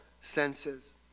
senses